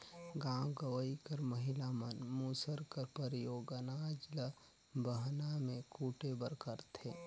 गाँव गंवई कर महिला मन मूसर कर परियोग अनाज ल बहना मे कूटे बर करथे